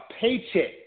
paycheck